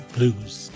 Blues